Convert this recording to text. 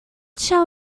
shall